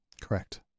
correct